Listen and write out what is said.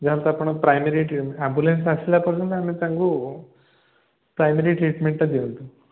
ଯାହାହେଲେ ପ୍ରାଇମେରୀ ଟ୍ରି ଆମ୍ବୁଲାନ୍ସ ଆସିଲା ପର୍ଯ୍ୟନ୍ତ ଆମେ ତାଙ୍କୁ ପ୍ରାଇମେରୀ ଟ୍ରିଟମେଣ୍ଟ୍ଟା ଦିଅନ୍ତୁ